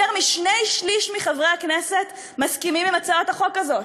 יותר משני-שלישים מחברי הכנסת מסכימים על הצעת החוק הזאת.